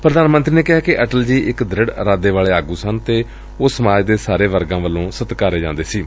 ਪੂਧਾਨ ਮੰਤਰੀ ਨੇ ਕਿਹਾ ਕਿ ਅਟਲ ਜੀ ਇਕ ਦ੍ਰਿਤ੍ ਇਰਾਏ ਵਾਲੇ ਆਗੁ ਸਨ ਅਤੇ ਉਹ ਸਮਾਜ ਦੇ ਸਾਰੇ ਵਰਗਾ ਵਲੋ ਸਤਿਕਾਰੇ ਜਾਂਦੇ ਸਨ